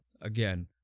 again